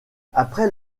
après